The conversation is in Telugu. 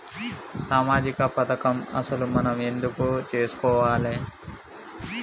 సామాజిక పథకం అసలు మనం ఎందుకు చేస్కోవాలే?